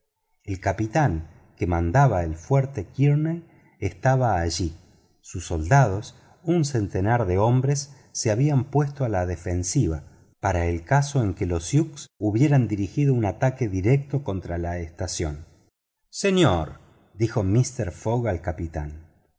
el capitán que mandaba el fuerte kearney estaba allí sus soldados un centenar de hombres se habían puesto a la defensiva en el caso en que los sioux hubieran dirigido un ataque directo contra la estación señor dijo mister fogg al capitán